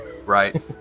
Right